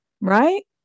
right